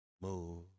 move